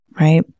right